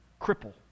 cripple